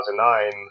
2009